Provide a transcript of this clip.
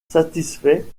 satisfait